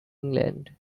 england